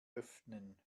öffnen